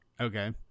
Okay